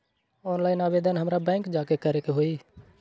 Online आवेदन हमरा bank जाके करे के होई?